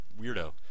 weirdo